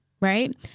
right